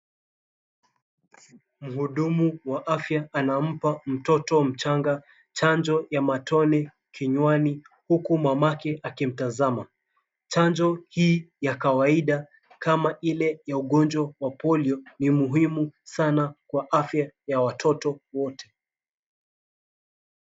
Muhudumu wa afya anampa mtoto mchanga chanjo ya matone kinywani huku mamake akimtazama. Chanjo hii ya kawaida kama ile ya polio ni muhimu sana kwa afya ya watoto wote.